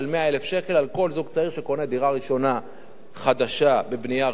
שקל לכל זוג צעיר שקונה דירה ראשונה חדשה בבנייה רוויה.